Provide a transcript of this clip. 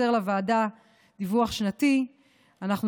לוועדה יימסר דיווח שנתי על יישומה של התוכנית.